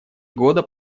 года